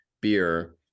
beer